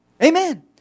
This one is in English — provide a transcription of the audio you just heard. Amen